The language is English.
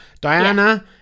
Diana